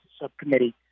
subcommittee